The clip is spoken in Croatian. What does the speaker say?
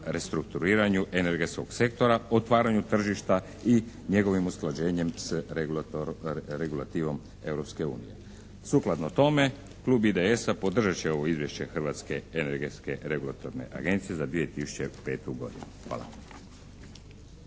restrukturiranju energetskog sektora, otvaranju tržišta i njegovim usklađenjem s regulativom Europske unije. Sukladno tome, Klub IDS-a podržat će ovo izvješće Hrvatske energetske regulatorne agencije za 2005. godinu. Hvala.